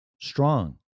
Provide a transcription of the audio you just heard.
strong